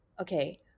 okay